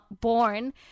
born